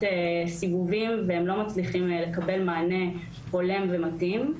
סיבובים והם לא מצליחים לקבל מענה הולם ומתאים.